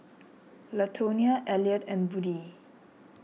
Latonia Eliot and Buddie